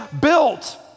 built